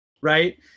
right